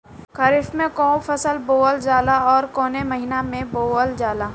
खरिफ में कौन कौं फसल बोवल जाला अउर काउने महीने में बोवेल जाला?